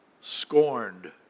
scorned